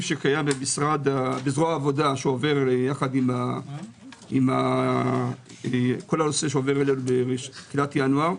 שקיים בזרוע העבודה שעובר יחד עם כל הנושא בתחילת ינואר,